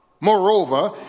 Moreover